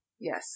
Yes